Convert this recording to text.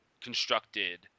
constructed